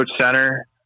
center